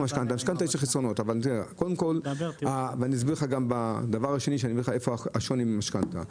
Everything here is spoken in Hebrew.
אני אסביר לך איפה השוני במשכנתא.